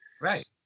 right